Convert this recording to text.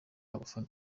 abafana